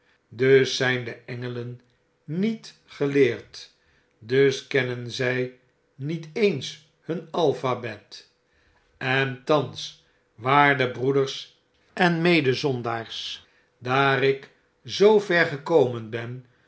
dus zyn de engelen niet geleerd dus kennen zy niet eens hun alphabet en thans waarde broeders en medezondaars daar ik zoo ver gekomen ben